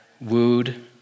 wooed